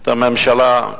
את הממשלה.